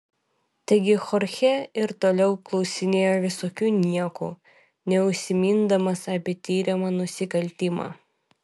taigi chorchė ir toliau klausinėjo visokių niekų neužsimindamas apie tiriamą nusikaltimą